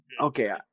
Okay